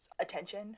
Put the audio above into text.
attention